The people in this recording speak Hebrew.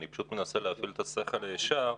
אני פשוט מנסה להפעיל שכל ישר,